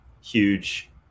huge